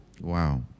Wow